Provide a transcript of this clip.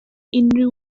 unrhyw